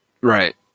Right